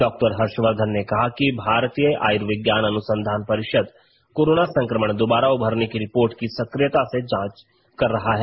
doctor Harshvardhan ने कहा कि भारतीय आयुर्विज्ञान अनुसंधान परिषद कोरोना संक्रमण दोबारा उभरने की रिपोर्ट की सक्रियता से जांच कर रहा है